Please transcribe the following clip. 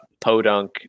podunk